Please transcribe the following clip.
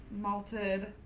malted